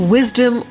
Wisdom